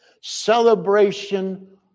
celebration